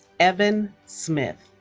evan smith